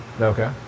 Okay